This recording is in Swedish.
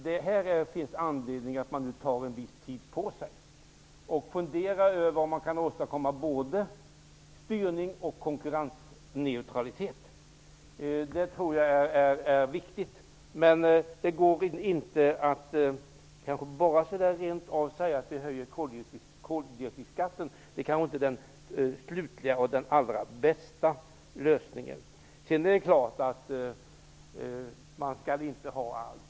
Det finns anledning att ta en viss tid på sig och fundera över om man kan åstadkomma både styrning och konkurrensneutralitet. Det tror jag är viktigt. Men det går inte att bara säga att vi skall höja koldioxidskatten. Det är kanske inte den slutliga och den allra bästa lösningen. Sedan är det klart att man inte kan få allt.